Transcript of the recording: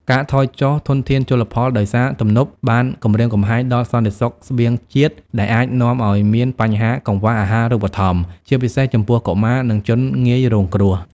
ការថយចុះធនធានជលផលដោយសារទំនប់បានគំរាមកំហែងដល់សន្តិសុខស្បៀងជាតិ ដែលអាចនាំឱ្យមានបញ្ហាកង្វះអាហារូបត្ថម្ភ ជាពិសេសចំពោះកុមារ និងជនងាយរងគ្រោះ។